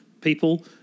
people